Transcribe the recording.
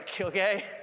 okay